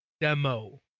demo